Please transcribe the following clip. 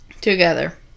together